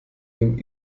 dem